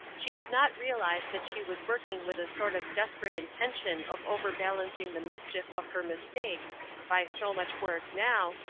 she did not realize that she was working with a sort of desperate intention of overbalancing the mischief of her mistakes by so much work now,